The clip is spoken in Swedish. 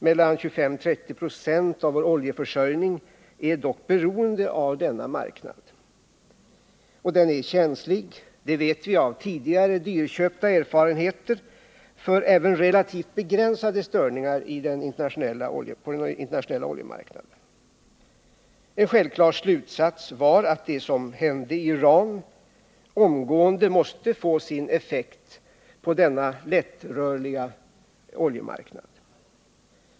Mellan 25 och 30 96 av vår oljeförsörjning är dock beroende av denna marknad, som är känslig — det vet vi av tidigare dyrköpta erfarenheter — för även relativt begränsade störningar på den internationella oljemarknaden. En självklar slutsats var att det som hände i Iran omgående måste få sin effekt på denna lättrörliga oljemarknad.